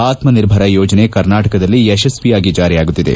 ಆತ್ಮ ನಿರ್ಭರ ಯೋಜನೆ ಕರ್ನಾಟಕದಲ್ಲಿ ಯಶಸ್ವಿಯಾಗಿ ಜಾರಿಯಾಗುತ್ತಿದೆ